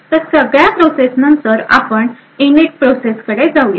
तर सगळ्या प्रोसेस नंतर आपण Init प्रोसेस कडे जाऊया